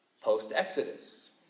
post-Exodus